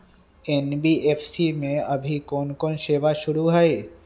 NBFC में अभी कोन कोन सेवा शुरु हई?